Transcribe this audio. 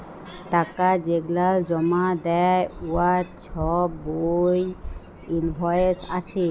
টাকা যেগলাল জমা দ্যায় উয়ার ছবই ইলভয়েস আছে